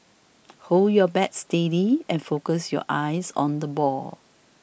hold your bat steady and focus your eyes on the ball